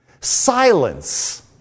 Silence